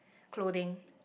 clothing